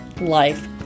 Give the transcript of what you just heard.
life